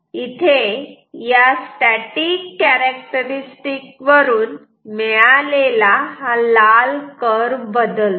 इथे या static characteristics वरून मिळालेला लाल कर्व बदलतो